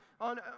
on